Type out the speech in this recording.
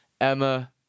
Emma